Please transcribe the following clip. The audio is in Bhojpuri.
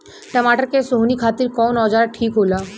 टमाटर के सोहनी खातिर कौन औजार ठीक होला?